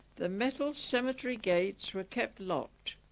the metal cemetery gates were kept locked.